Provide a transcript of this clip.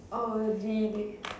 orh really